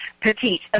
petite